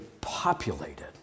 populated